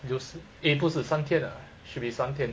有四额不是三天啊 should be 三天